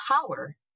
power